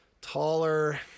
taller